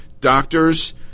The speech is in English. doctors